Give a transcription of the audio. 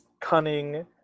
cunning